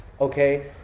okay